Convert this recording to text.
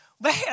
Man